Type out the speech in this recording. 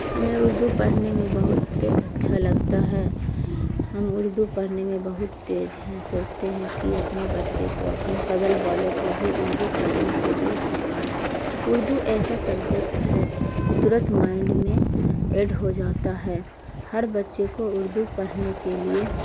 ہمیں اردو پڑھنے میں بہت اچھا لگتا ہے ہم اردو پڑھنے میں بہت تیز ہیں سوچتے ہیں کہ اپنے بچے کو اپنے بغل والوں کو بھی اردو پرھنے کے لیے سکھائیں اردو ایسا سبجیکٹ ہے کہ تورت مائنڈ میں ایڈ ہو جاتا ہے ہر بچے کو اردو پڑھنے کے لیے